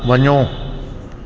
वञो